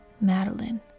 Madeline